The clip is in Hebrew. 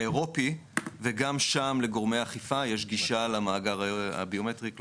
האירופי וגם שם לגורמי האכיפה יש גישה למאגר הביומטרי.